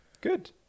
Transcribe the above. good